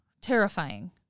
terrifying